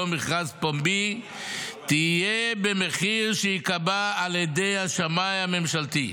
מכרז פומבי תהיה במחיר שיקבע על ידי השמאי הממשלתי.